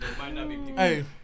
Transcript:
Hey